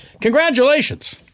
Congratulations